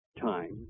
time